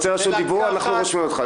אנחנו רושמים אותך.